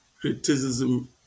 criticism